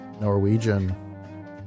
Norwegian